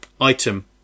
Item